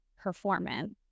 performance